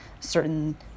certain